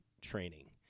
training